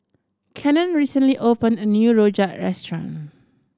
Cannon recently opened a new rojak restaurant